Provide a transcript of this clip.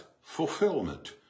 fulfillment